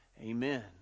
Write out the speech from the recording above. amen